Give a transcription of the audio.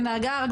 שנהגה,